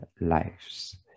lives